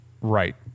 Right